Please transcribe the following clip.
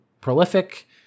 prolific